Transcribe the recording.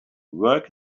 work